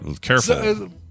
careful